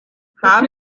haben